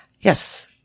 yes